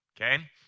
Okay